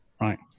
right